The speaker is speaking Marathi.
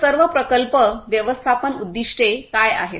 तर सर्व प्रकल्प व्यवस्थापन उद्दीष्टे काय आहेत